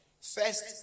First